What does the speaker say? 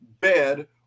bed